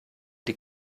die